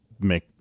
make